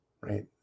right